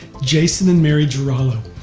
jason and mary giraulo.